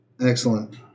Excellent